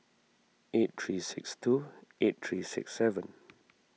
eight three six two eight three six seven